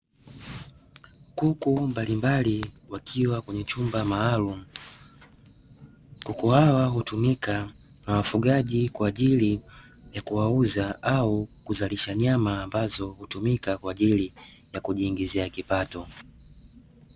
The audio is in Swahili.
Kuku mbalimbali wakiwa kwenye chumba maalumu, kuku hawa hutumika na wafugaji kwa ajili ya kuwauza au kuzalisha nyama ambazo hutumika kwa ajili ya kujiingizia kipato.